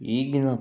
ಈಗಿನ